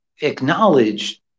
acknowledge